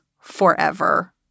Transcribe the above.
forever